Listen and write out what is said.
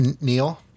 Neil